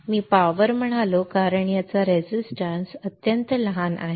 मी power म्हणालो कारण याचा रेजिस्टन्स अत्यंत लहान आहे